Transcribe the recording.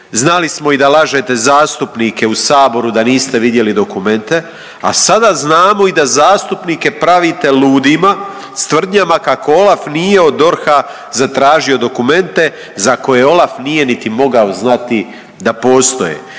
znali smo i da lažete zastupnike u Saboru da niste vidjeli dokumente, a sada znamo i da zastupnike pravite ludima s tvrdnjama kako OLAF nije od DORH-a zatražio dokumente za koje OLAF nije niti mogao znati da postoje